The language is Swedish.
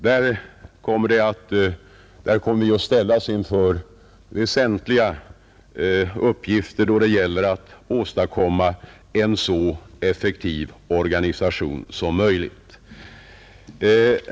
Där kommer vi att ställas inför väsentliga uppgifter, då det gäller att åstadkomma en så effektiv organisation som möjligt.